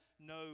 no